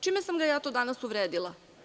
Čime sam ga ja to danas uvredila?